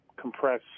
compress